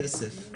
כסף.